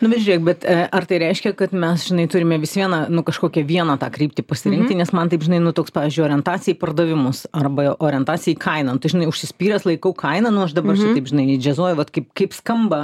nu bet žiūrėk bet ar tai reiškia kad mes žinai turime vis viena kažkokią vieną tą kryptį pasirinkti nes man taip žinai nu toks pavyzdžiui orientacija į pardavimus arba orientacija į kainą nu tai žinai užsispyręs laikau kainą nu aš dabar čia taip žinai džiazuoju vat kaip kaip skamba